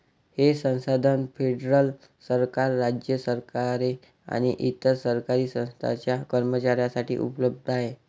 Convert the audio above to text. हे संसाधन फेडरल सरकार, राज्य सरकारे आणि इतर सरकारी संस्थांच्या कर्मचाऱ्यांसाठी उपलब्ध आहे